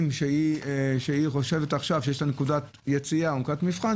שהיא חושבת שיש לה נקודת יציאה או נקודת מבחן,